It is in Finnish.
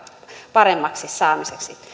paremmaksi saamiseksi